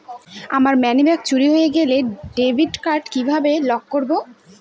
আমার মানিব্যাগ চুরি হয়ে গেলে ডেবিট কার্ড কিভাবে লক করব?